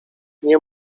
nie